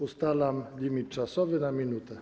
Ustalam limit czasowy - minuta.